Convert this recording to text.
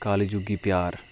कलयुगी प्यार